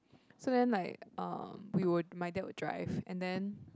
so then like uh we would my dad will drive and then